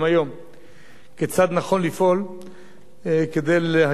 כיצד נכון לפעול כדי להגן על האינטרס הישראלי.